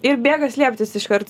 ir bėga slėptis iškart